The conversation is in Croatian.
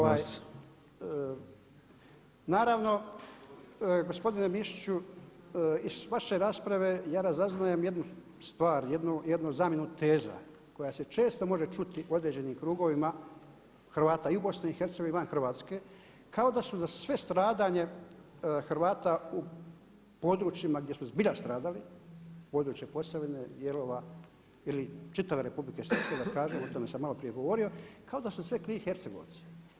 Naravno, gospodine Mišiću iz vaše rasprave ja razaznajem jednu stvar, jednu zamjenu teza koja se često može čuti u određenim krugovima Hrvata i u BiH i van Hrvatske kao da su za sve stradanje Hrvata u područjima gdje su zbilja stradali, područje Posavine, dijelova ili čitave Republike Srpske da kažem, o tome sam malo prije govorio, kao da sve krivi Hercegovci.